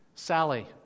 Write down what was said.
Sally